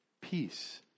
peace